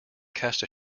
cast